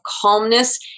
calmness